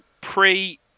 Pre